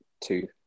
two